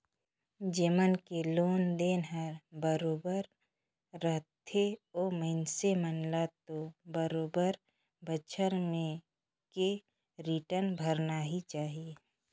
जेमन के लोन देन हर बरोबर रथे ओ मइनसे मन ल तो बरोबर बच्छर में के रिटर्न भरना ही चाही